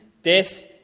death